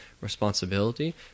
responsibility